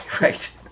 right